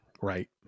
Right